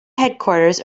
headquarters